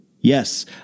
Yes